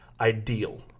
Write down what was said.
ideal